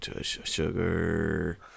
sugar